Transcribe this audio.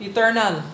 Eternal